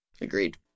Agreed